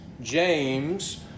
James